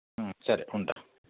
సరే ఉంటాను